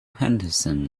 henderson